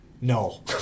no